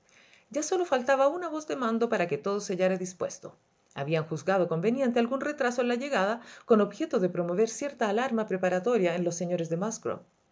ya sólo faltaba una voz de mando para que todo se hallara dispuesto habían juzgado conveniente algún retraso en la llegada con objeto de promover cierta alarma preparatoria en los señores de musgrove